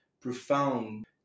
profound